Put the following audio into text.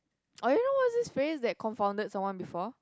orh you know what's this phrase that confounded someone before